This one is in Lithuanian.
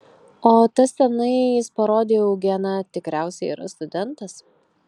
o tas tenai jis parodė į eugeną tikriausiai yra studentas